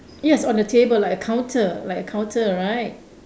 yes on the table like a counter like a counter right